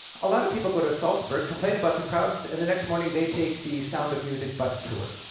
a lot of people go to salzburg, complain about the crowds, and the next morning they take the sound of music bus tour.